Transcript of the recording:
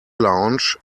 lounge